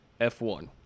f1